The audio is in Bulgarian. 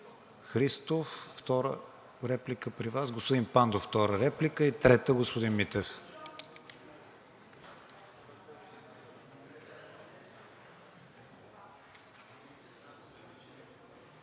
Христов – втора реплика при Вас, господин Пандов – втора реплика, и трета – господин Митев.